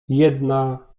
jedna